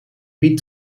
wiet